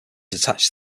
attached